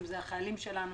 אם זה החיילים שלנו,